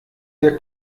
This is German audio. der